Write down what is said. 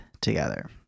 together